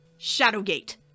Shadowgate